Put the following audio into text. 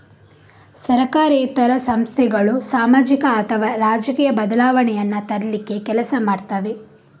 ಸರಕಾರೇತರ ಸಂಸ್ಥೆಗಳು ಸಾಮಾಜಿಕ ಅಥವಾ ರಾಜಕೀಯ ಬದಲಾವಣೆಯನ್ನ ತರ್ಲಿಕ್ಕೆ ಕೆಲಸ ಮಾಡ್ತವೆ